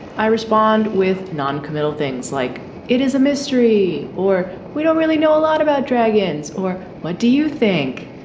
i respond with non-commital things like it is a mystery or we don't really know a lot about dragons or what do you think?